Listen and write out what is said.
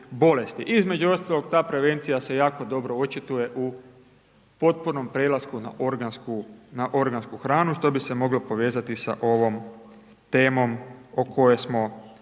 Između ostalog ta prevencija se jako dobro očituje u potpunom prelasku na organsku, na organsku hranu što bi se moglo povezati sa ovom temom o kojoj smo maloprije